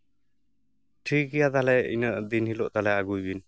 ᱴᱷᱤᱠ ᱜᱮᱭᱟ ᱛᱟᱞᱦᱮ ᱤᱱᱟᱹ ᱫᱤᱱ ᱦᱤᱞᱳᱜ ᱟᱹᱜᱩᱭ ᱵᱤᱱ